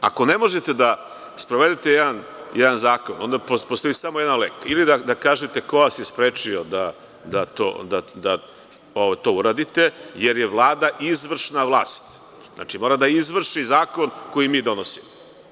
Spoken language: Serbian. Ako ne možete da sprovedete jedan zakon, onda postoji samo jedan lek, ili da kažete ko vas je sprečio da to uradite, jer je Vlada izvršna vlast, znači mora da izvrši zakon koji mi donosimo.